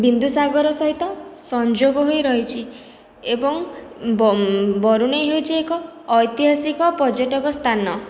ବିନ୍ଦୁସାଗର ସହିତ ସଂଯୋଗ ହୋଇ ରହିଛି ଏବଂ ବରୁଣେଇ ହେଉଛି ଏକ ଐତିହାସିକ ପର୍ଯ୍ୟଟକ ସ୍ଥାନ